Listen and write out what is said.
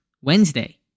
Wednesday